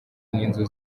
n’inzu